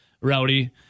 Rowdy